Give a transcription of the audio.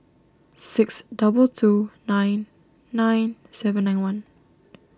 six double two nine nine seven nine one